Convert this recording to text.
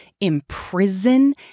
imprison